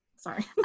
sorry